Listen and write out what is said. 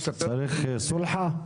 צריך סולחה?